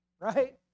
right